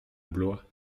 blois